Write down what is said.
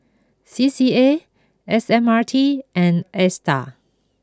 C C A S M R T and Astar